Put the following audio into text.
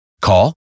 Call